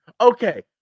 Okay